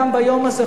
גם ביום הזה,